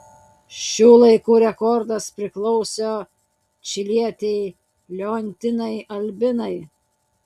šių laikų rekordas priklauso čilietei leontinai albinai